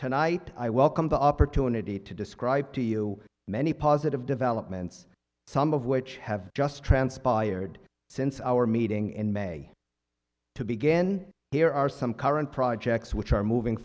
tonight i welcome the opportunity to describe to you many positive developments some of which have just transpired since our meeting in may to began here are some current projects which are moving